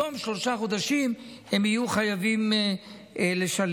בתום שלושה חודשים הם יהיו חייבים לשלם.